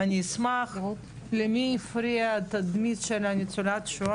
אני אומר שיש פה בעיה ואני לא מכוון את זה לאיש פה,